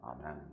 amen